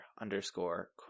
underscore